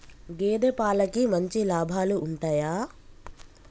గేదే పాలకి మంచి లాభాలు ఉంటయా?